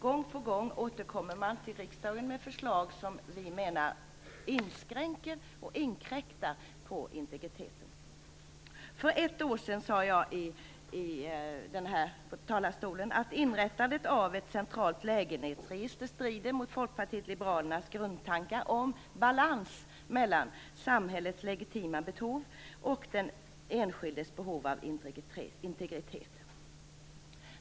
Gång på gång återkommer man till riksdagen med förslag som vi menar inskränker och inkräktar på integriteten. För ett år sedan sade jag i talarstolen att inrättandet av ett centralt lägenhetsregister strider mot Folkpartiet liberalernas grundtankar om balans mellan samhällets legitima behov och den enskildes behov av integritet.